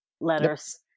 letters